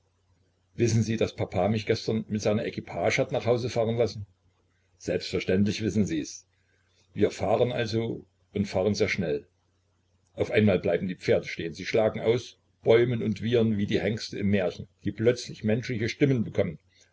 wissen sie daß papa mich gestern mit seiner equipage hat nach hause fahren lassen selbstverständlich wissen sies wir fahren also und fahren sehr schnell auf einmal bleiben die pferde stehen sie schlagen aus bäumen und wiehern wie die hengste im märchen die plötzlich menschliche stimmen bekommen